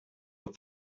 with